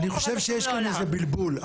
אני חושב שיש כאן איזה בלבול.